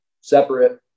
separate